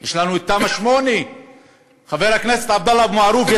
יש לנו תמ"א 8. חבר הכנסת עבדאללה אבו מערוף,